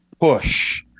push